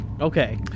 Okay